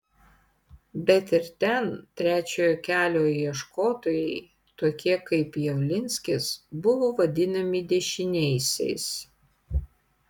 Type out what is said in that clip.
bet ir ten trečiojo kelio ieškotojai tokie kaip javlinskis buvo vadinami dešiniaisiais